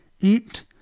EAT